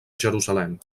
jerusalem